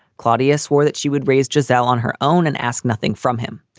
claudia swore that she would raise gazelle on her own and ask nothing from him.